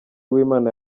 uwimana